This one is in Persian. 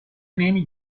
نمی